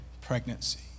pregnancy